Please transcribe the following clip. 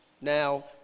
Now